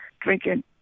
drinking